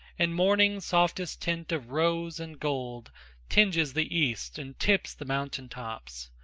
and morning's softest tint of rose and gold tinges the east and tips the mountain-tops.